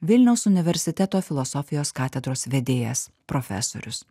vilniaus universiteto filosofijos katedros vedėjas profesorius